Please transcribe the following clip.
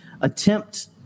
attempt